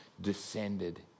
descended